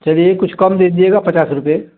चलिए कुछ कम दे दीजिएगा पचास रुपये